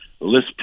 List